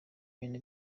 inyoni